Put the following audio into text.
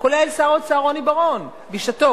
כולל שר האוצר רוני בר-און בשעתו,